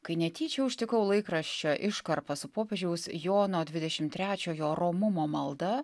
kai netyčia užtikau laikraščio iškarpą su popiežiaus jono dvidešimt trečiojo romumo malda